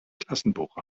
klassenbuch